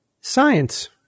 science